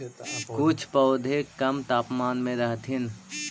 कुछ पौधे कम तापमान में रहथिन